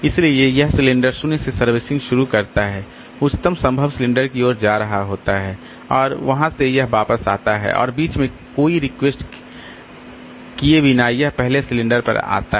इसलिए यह सिलेंडर 0 से सर्विसिंग शुरू करता है उच्चतम संभव सिलेंडर की ओर जा रहा होता है और वहां से यह वापस आता है और बीच में कोई रिक्वेस्ट किए बिना यह पहले सिलेंडर पर आता है